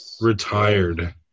retired